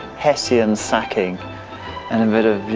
hessian sacking and a bit of,